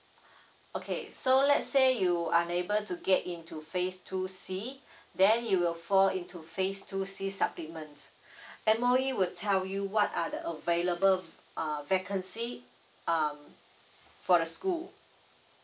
okay so let's say you unable to get into phase two C then you will fall into phase two C supplements M_O_E will tell you what are the available uh vacancy um for the school